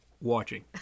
watching